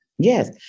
Yes